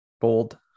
Bold